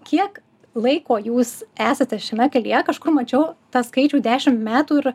kiek laiko jūs esate šiame kelyje kažkur mačiau tą skaičių dešimt metų ir